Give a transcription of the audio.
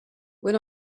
when